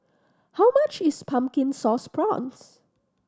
how much is Pumpkin Sauce Prawns